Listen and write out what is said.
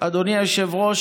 אדוני היושב-ראש,